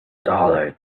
dollars